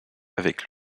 avec